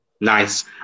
Nice